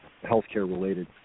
healthcare-related